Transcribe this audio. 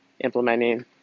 implementing